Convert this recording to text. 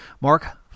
Mark